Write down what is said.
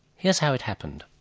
here's how it happened.